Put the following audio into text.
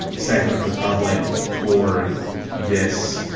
ah segment of the public toward this.